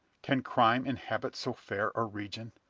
can crime inhabit so fair a region?